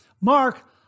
Mark